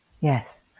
Yes